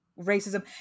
racism